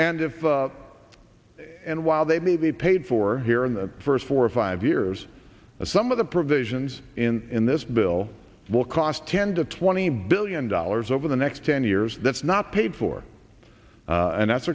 and if and while they may be paid for here in the first four or five years as some of the provisions in this bill will cost ten to twenty billion dollars over the next ten years that's not paid for and that's